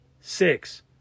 six